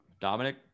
Dominic